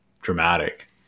dramatic